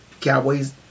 Cowboys